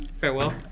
Farewell